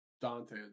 dante